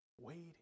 Waiting